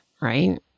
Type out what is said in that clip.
Right